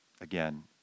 Again